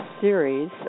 series